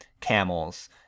camels